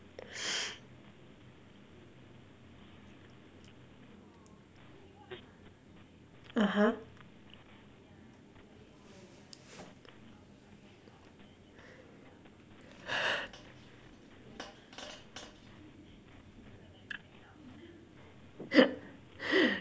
(uh huh)